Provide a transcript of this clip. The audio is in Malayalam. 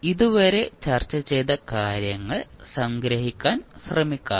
ഇതുവരെ ചർച്ച ചെയ്ത കാര്യങ്ങൾ സംഗ്രഹിക്കാൻ ശ്രമിക്കാം